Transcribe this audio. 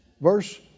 verse